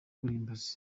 kirimbuzi